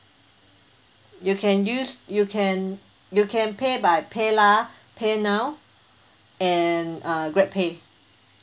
you can use you can you can pay by paylah paynow and uh grabpay